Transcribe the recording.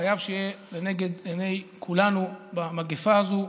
חייב שיהיה לנגד עיני כולנו במגפה הזאת.